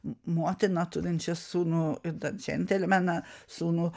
motiną turinčią sūnų ir dar džentelmeną sūnų